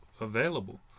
available